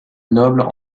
nobles